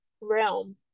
realm